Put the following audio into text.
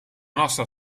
nostra